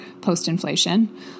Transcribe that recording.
post-inflation